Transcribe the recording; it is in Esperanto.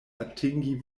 atingi